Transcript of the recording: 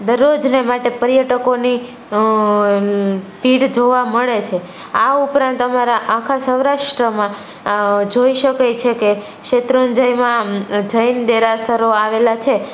દરરોજને માટે પર્યટકોની ભીડ જોવા મળે છે આ ઉપરાંત અમારા આખા સૌરાષ્ટ્રમાં આ જોઈ શકાય છે કે શેત્રુંજયમાં જૈન દેરાસરો આવેલાં છે